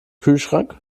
kühlschrank